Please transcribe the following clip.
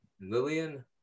Lillian